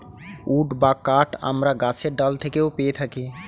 would বা কাঠ আমরা গাছের ডাল থেকেও পেয়ে থাকি